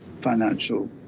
financial